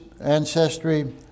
ancestry